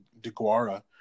DeGuara